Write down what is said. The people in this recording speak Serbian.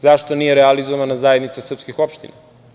Zašto nije realizovana zajednica srpskih opština.